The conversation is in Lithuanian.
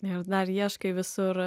ir dar ieškai visur